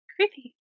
Creepy